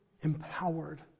empowered